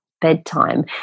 bedtime